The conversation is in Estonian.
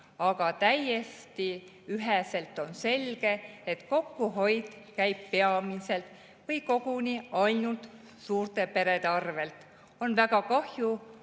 aga täiesti üheselt on selge, et kokkuhoid käib peamiselt või koguni ainult suurte perede arvelt. On väga kahju,